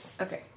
Okay